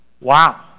Wow